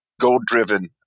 goal-driven